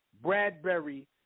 Bradbury